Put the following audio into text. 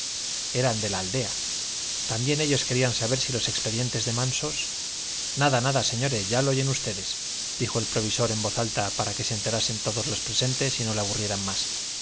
eran de la aldea también ellos querían saber si los expedientes de mansos nada nada señores ya lo oyen ustedes dijo el provisor en voz alta para que se enterasen todos los presentes y no le aburrieran